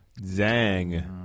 Zang